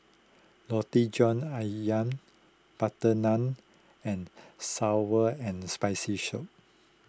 Roti John Ayam Butter Naan and Sour and Spicy show